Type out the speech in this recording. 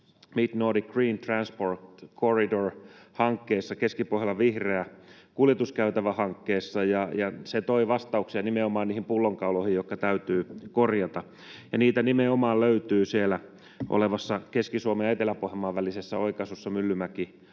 Midnordic Green Transport Corridor ‑hankkeessa, Keskipohjolan vihreä kuljetuskäytävä ‑hankkeessa. Se toi vastauksia nimenomaan niihin pullonkauloihin, jotka täytyy korjata, ja niitä nimenomaan löytyy sieltä Keski-Suomen ja Etelä-Pohjanmaan välisestä oikaisusta Myllymäki—Multia